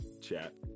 chat